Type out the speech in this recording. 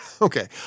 Okay